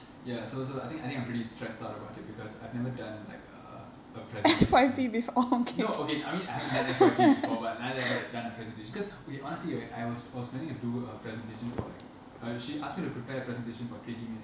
ya so so I think I think I'm pretty stressed out about it because I've never done like uh a presentation no okay I mean I haven't done F_Y_P before but neither have I like done a presentation cause okay honestly right I was was planning to do a presentation for like uh she ask me to prepare a presentation for twenty minutes